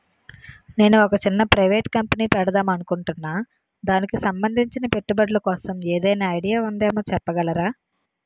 నేను ఒక చిన్న ప్రైవేట్ కంపెనీ పెడదాం అనుకుంటున్నా దానికి సంబందించిన పెట్టుబడులు కోసం ఏదైనా ఐడియా ఉందేమో చెప్పగలరా?